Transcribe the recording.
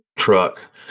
truck